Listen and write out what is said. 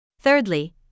Thirdly